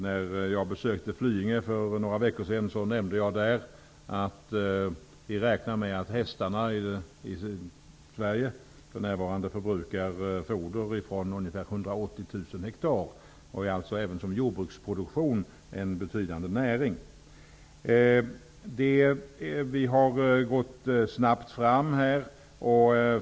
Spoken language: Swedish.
När jag besökte Flyinge för några veckor sedan nämnde jag där att vi räknar med att hästarna i Sverige för närvarande förbrukar foder från ungefär 180 000 hektar. Det är alltså även som jordbruksproduktion betraktat en betydande näring. Vi har gått snabbt fram.